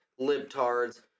libtards